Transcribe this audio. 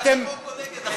אז אתה בעד החוק או נגד החוק?